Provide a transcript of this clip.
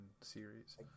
series